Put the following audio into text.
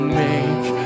make